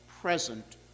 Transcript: present